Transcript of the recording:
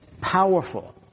powerful